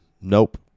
nope